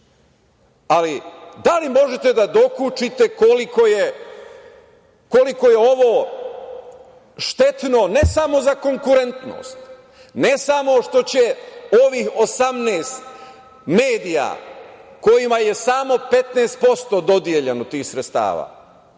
da li možete da dokučite koliko je ovo štetno ne samo na konkurentnost, ne samo što će ovih 18 medija kojima je samo 15% dodeljeno tih sredstava,